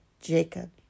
Jacob